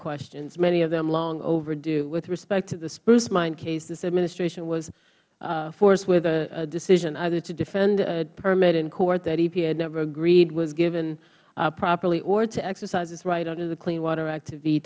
questions many of them long overdue with respect to the spruce mine case this administration was forced with a decision either to defend a permit in court that epa had never agreed was given properly or to exercise its right under the clean water act